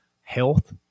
health